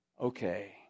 okay